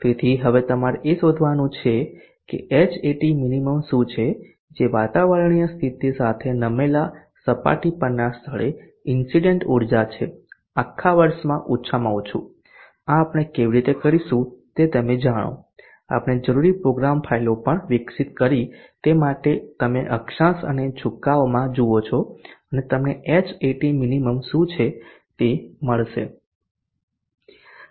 તેથી હવે તમારે એ શોધવાનું છે કે Hat minimum શું છે જે વાતાવરણીય સ્થિતિ સાથે નમેલા સપાટી પરના સ્થળે ઇન્સીડેન્ટ ઊર્જા છે આખા વર્ષમાં ઓછામાં ઓછું આ આપણે કેવી રીતે કરીશું તે તમે જાણો આપણે જરૂરી પ્રોગ્રામ ફાઈલો પણ વિકસિત કરી તે માટે તમે અક્ષાંશ અને ઝુકાવમાં જુવો છો અને તમને Hat minimum શું છે તે મળશે